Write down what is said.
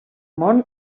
món